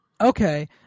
Okay